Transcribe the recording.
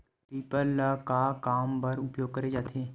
Reaper ल का काम बर उपयोग करे जाथे?